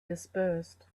dispersed